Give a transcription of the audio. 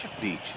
beach